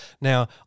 Now